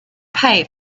pay